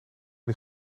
die